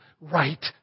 right